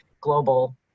global